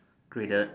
graded